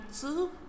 two